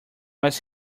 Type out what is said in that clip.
was